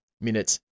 minutes